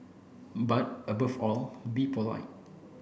but above all be polite